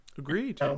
Agreed